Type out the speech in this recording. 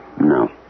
No